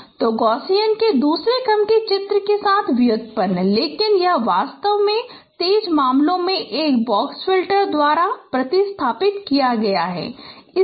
तो गॉससियन के दूसरे क्रम के चित्र के साथ व्युत्पन्न लेकिन यह वास्तव में तेज मामलों में एक बॉक्स फिल्टर द्वारा प्रतिस्थापित किया गया है